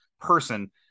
person